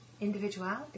individuality